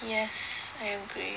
yes I agree